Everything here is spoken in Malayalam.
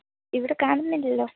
ഇവിടെ കാണുന്നില്ലല്ലോ